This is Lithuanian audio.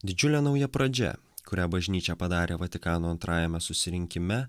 didžiulė nauja pradžia kurią bažnyčia padarė vatikano antrąjame susirinkime